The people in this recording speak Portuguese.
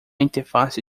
interface